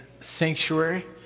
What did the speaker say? sanctuary